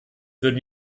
würden